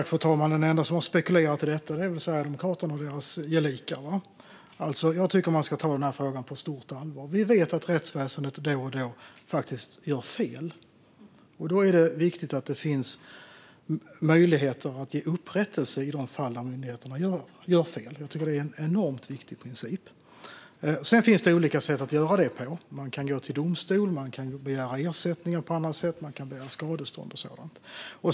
Fru talman! De enda som har spekulerat i detta är väl Sverigedemokraterna och deras gelikar. Jag tycker att man ska ta den här frågan på stort allvar. Vi vet att rättsväsendet då och då faktiskt gör fel. Då är det viktigt att det finns möjligheter att ge upprättelse i de fall där myndigheterna gör fel. Jag tycker att det är en enormt viktig princip. Sedan finns det olika sätt att göra det på. Man kan gå till domstol. Man kan begära ersättning på annat sätt. Man kan begära skadestånd och sådant.